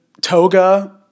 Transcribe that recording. toga